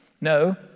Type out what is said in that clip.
No